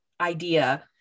idea